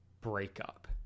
breakup